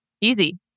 Easy